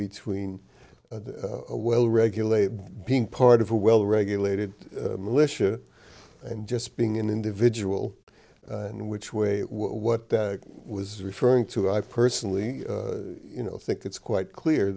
between a well regulated being part of a well regulated militia and just being an individual and which way what that was referring to i personally think it's quite clear